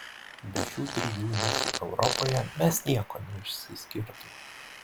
be šių trijų nišų europoje mes nieko neišsiskirtumėme